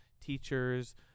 teachers